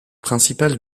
principal